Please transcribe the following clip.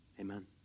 Amen